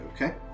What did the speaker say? Okay